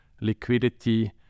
liquidity